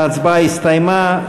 ההצבעה הסתיימה.